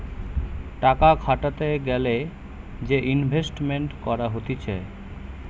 টাকা খাটাতে গ্যালে যে ইনভেস্টমেন্ট করা হতিছে